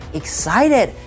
excited